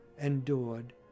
endured